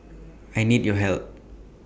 I need your help